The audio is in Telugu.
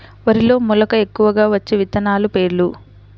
వరిలో మెలక ఎక్కువగా వచ్చే విత్తనాలు పేర్లు?